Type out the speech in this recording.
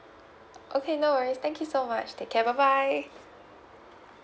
okay no worry thank you so much take care bye bye